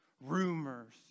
Rumors